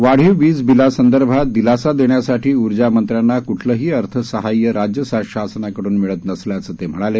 वाढीव विज बिलासंदर्भात दिलासादेण्यासाठी ऊर्जा मंत्र्याना क्ठलही अर्थसाहाय्य राज्य शासनाकडून मिळत नसल्याचं ते म्हणाले